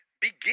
Begin